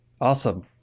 Awesome